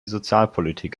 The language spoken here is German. sozialpolitik